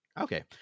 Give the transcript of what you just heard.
Okay